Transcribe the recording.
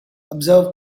observe